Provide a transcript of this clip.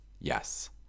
Yes